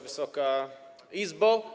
Wysoka Izbo!